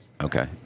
Okay